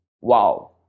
Wow